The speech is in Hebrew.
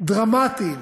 הדרמטיים